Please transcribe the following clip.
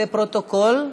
לפרוטוקול,